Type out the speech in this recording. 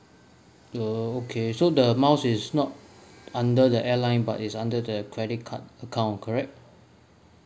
err okay so the miles is not under the airline but is under the credit card account correct